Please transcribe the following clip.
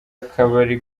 akabari